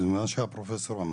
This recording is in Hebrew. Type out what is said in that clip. ומה שאמר הפרופסור,